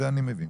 את זה אני מבין.